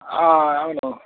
అవునవును